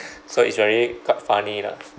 so it's very quite funny lah